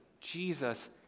Jesus